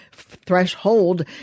threshold